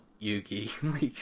Yugi